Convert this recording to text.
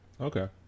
Okay